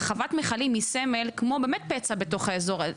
שחוות המכלים היא סמל וכמו פצע בתוך האזור הזה.